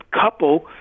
couple